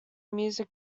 music